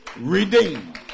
redeemed